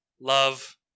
Love